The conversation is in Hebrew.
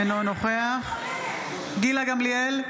אינו נוכח גילה גמליאל,